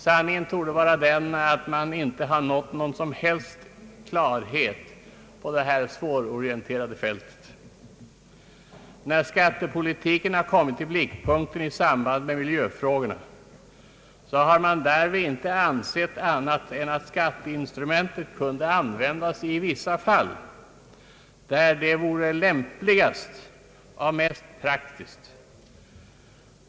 Sanningen torde vara den, att man inte nått någon som helst klarhet på detta svårorienterade fält. När skattepolitiken kommit i blickpunkten i samband med miljöfrågorna har man inte ansett annat än att beskattningsinstrumentet kunde användas i vissa fall där det vore lämpligast och mest praktiskt.